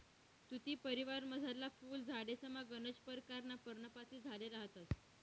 तुती परिवारमझारला फुल झाडेसमा गनच परकारना पर्णपाती झाडे रहातंस